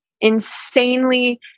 insanely